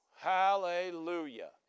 Hallelujah